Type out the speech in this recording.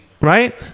right